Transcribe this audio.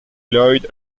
lloyd